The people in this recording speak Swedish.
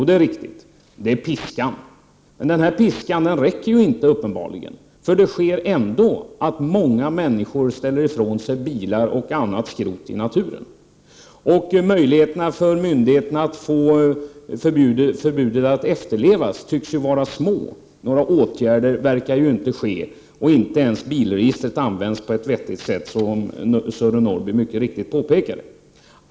Det är piskan, men den piskan räcker uppenbarligen inte eftersom det ändå händer att många människor ställer ifrån sig bilar och annat skrot ute i naturen. Möjligheterna för myndigheterna att få förbudet att efterlevas tycks vara små. Några åtgärder verkar ju inte vidtas, inte ens bilregistret används på ett vettigt sätt, som Sören Norrby mycket riktigt påpekade.